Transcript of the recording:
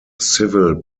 civil